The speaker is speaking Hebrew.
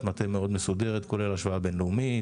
מטה מאוד מסודרת כולל השוואה בין-לאומית,